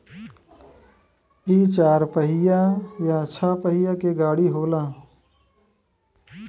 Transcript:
इ चार पहिया या छह पहिया के गाड़ी होला